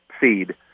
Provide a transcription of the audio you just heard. seed